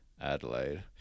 Adelaide